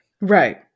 Right